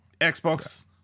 Xbox